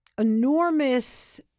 enormous